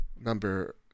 number